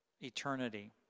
eternity